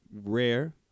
rare